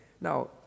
Now